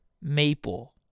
Maple